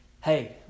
hey